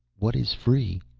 what is free?